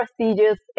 prestigious